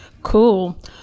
Cool